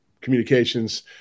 communications